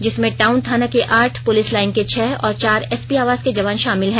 जिसमें टाउन थाना के आठ पुलिस लाइन के छह और चार एसपी आवास के जवान शामिल हैं